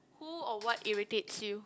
who or what irritates you